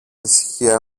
ησυχία